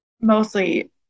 Mostly